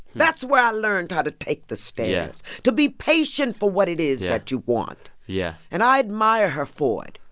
that's where i learned how to take the stairs, to be patient for what it is that you want yeah and i admire her for it.